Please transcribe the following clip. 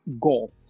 goal